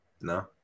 No